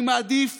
אני מעדיף